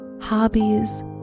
hobbies